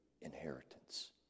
inheritance